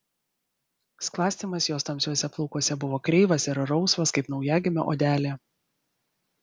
sklastymas jos tamsiuose plaukuose buvo kreivas ir rausvas kaip naujagimio odelė